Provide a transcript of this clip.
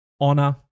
honor